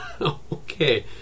Okay